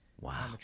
Wow